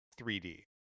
3D